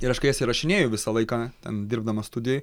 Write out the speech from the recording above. ir aš kai jas įrašinėju visą laiką ten dirbdamas studijoj